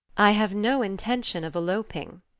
i have no intention of eloping.